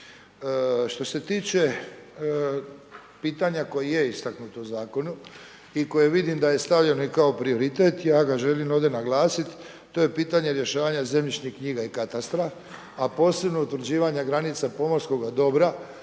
Što se tiče pitanja koje je istaknuto u zakonu i koje vidim da je stavljeno i kao prioritet, ja ga želim ovdje naglasiti, to je pitanje rješavanja zemljišnih knjiga i katastra a posebno utvrđivanja granica pomorskoga dobra